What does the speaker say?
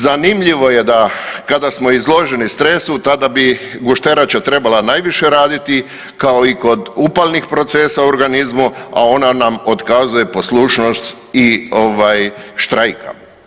Zanimljivo je da kada smo izloženi stresu tada bi gušterača trebala najviše raditi kao i kod upalnih procesa u organizmu, a ona nam otkazuje poslušnost i ovaj štrajka.